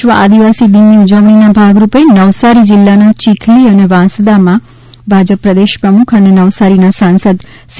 વિશ્વ આદિવાસી દિનની ઉજવણીના ભાગરૂપે નવસારી જિલ્લાના ચીખલી અને વાંસદામાં ભાજપ પ્રમુખ અને નવસારીના સાંસદ સી